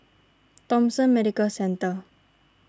Thomson Medical Centre